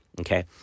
Okay